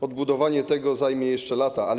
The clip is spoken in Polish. Odbudowanie tego zajmie jeszcze lata, ale